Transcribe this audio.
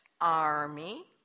army